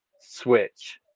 switch